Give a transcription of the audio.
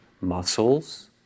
muscles